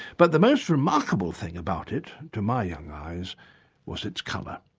but the most remarkable thing about it to my young eyes was its colour.